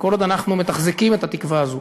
וכל עוד אנחנו מתחזקים את התקווה הזו